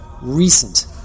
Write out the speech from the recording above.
recent